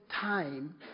time